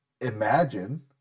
Imagine